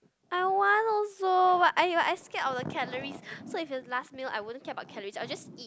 I want also but !aiyo! I scared of the calories so if it's last meal I wouldn't care about calories I'll just eat